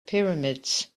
pyramids